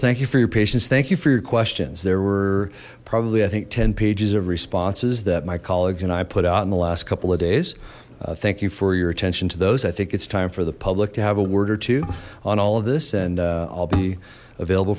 thank you for your patience thank you for your questions there were probably i think ten pages of responses that my colleagues and i put out in the last couple of days thank you for your attention to those i think it's time for the public to have a word or two on all of this and i'll be available